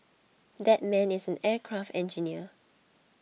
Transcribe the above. that man is an aircraft engineer